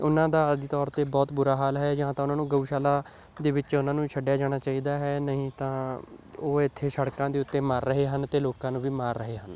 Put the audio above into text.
ਉਹਨਾਂ ਦਾ ਅੱਜ ਤੌਰ 'ਤੇ ਬਹੁਤ ਬੁਰਾ ਹਾਲ ਹੈ ਜਾਂ ਤਾਂ ਉਹਨਾਂ ਨੂੰ ਗਊਸ਼ਾਲਾ ਦੇ ਵਿੱਚ ਉਹਨਾਂ ਨੂੰ ਛੱਡਿਆ ਜਾਣਾ ਚਾਹੀਦਾ ਹੈ ਨਹੀਂ ਤਾਂ ਉਹ ਇੱਥੇ ਸੜਕਾਂ ਦੇ ਉੱਤੇ ਮਰ ਰਹੇ ਹਨ ਅਤੇ ਲੋਕਾਂ ਨੂੰ ਵੀ ਮਾਰ ਰਹੇ ਹਨ